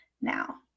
now